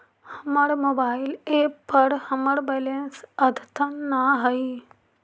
हमर mobile app पर हमर बैलेंस अद्यतन ना हई